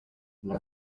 dla